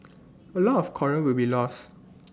A lot of Coral will be lost